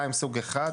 סוג אחד,